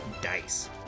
Dice